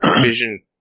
vision